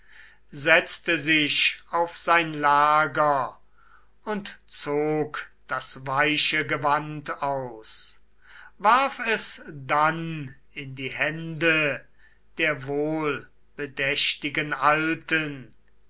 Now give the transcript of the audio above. setzte sich auf sein lager und zog das weiche gewand aus warf es dann in die hände der wohlbedächtigen alten